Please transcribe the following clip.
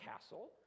castle